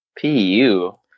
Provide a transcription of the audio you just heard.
P-U